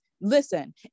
listen